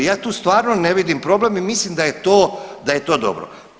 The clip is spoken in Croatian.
Ja tu stvarno ne vidim problem i mislim da je to dobro.